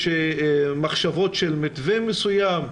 יש מחשבות של מתווה מסוים?